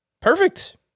perfect